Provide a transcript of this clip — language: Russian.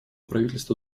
правительства